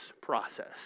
process